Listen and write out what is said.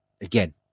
Again